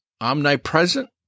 omnipresent